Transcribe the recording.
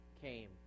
came